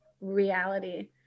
reality